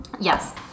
Yes